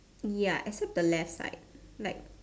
ya except the left side like